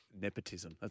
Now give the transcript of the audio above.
nepotism